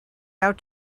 out